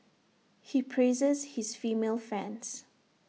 he praises his female fans